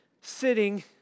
sitting